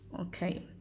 okay